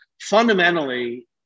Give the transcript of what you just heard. fundamentally